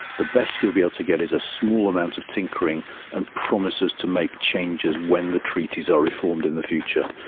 the best he will be able to get is a small amount of tinkering and promises to make changes when the treaties are reformed in the future.